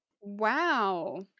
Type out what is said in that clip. Wow